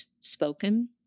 spoken